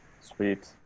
Sweet